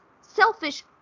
selfish